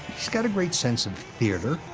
he's got a great sense of theater.